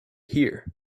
here